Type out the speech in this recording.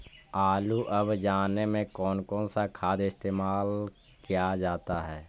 आलू अब जाने में कौन कौन सा खाद इस्तेमाल क्या जाता है?